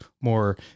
more